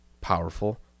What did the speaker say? powerful